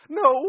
no